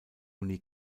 uni